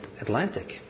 Atlantic